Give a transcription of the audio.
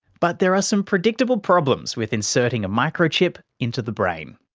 but there are some predictable problems with inserting a microchip into the brain.